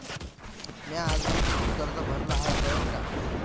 म्या आजवरी कितीक कर्ज भरलं हाय कळन का?